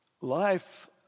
Life